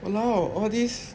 !walao! all this